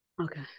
Okay